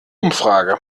umfrage